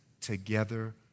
together